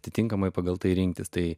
atitinkamai pagal tai rinktis tai